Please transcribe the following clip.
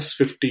15